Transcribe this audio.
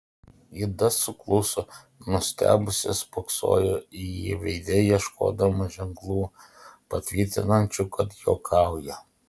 ida sukluso nustebusi spoksojo į jį veide ieškodama ženklų patvirtinančių kad juokauja